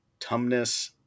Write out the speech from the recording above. Tumness